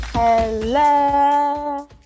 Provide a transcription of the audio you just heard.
Hello